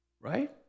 Right